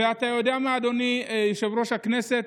ואתה יודע מה, אדוני יושב-ראש הכנסת,